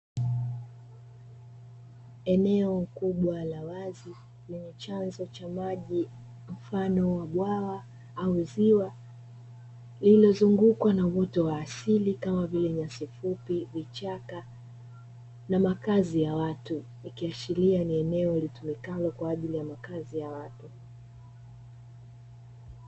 Eneo kubwa la wazi lenye chanzo cha maji mfano wa bwawa au ziwa lililozungukwa na uoto wa asili kama vile nyasi fupi, vichaka na makazi ya watu. Ikiashiria ni eneo litumikalo kwa ajili ya makazi ya watu.